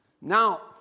Now